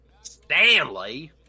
Stanley